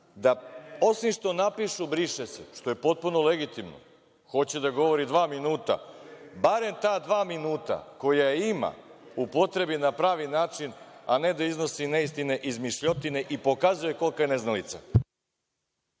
da, osim što napišu – briše se, što je potpuno legitimno, hoće da govori dva minuta, barem ta dva minuta koja ima upotrebi na pravi način, a ne da iznosi neistine, izmišljotine i pokazuje kolika je neznalica.